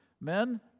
men